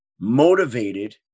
motivated